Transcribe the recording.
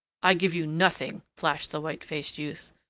i give you nothing, flashed the white-faced youth,